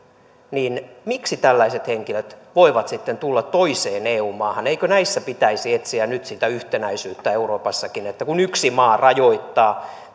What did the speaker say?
niin miksi tällaiset henkilöt voivat sitten tulla toiseen eu maahan eikö näissä pitäisi etsiä nyt sitä yhtenäisyyttä euroopassakin kun yksi maa rajoittaa